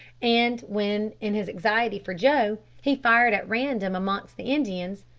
and when, in his anxiety for joe, he fired at random amongst the indians,